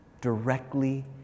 Directly